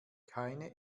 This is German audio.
keine